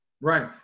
Right